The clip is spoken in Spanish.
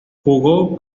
jugó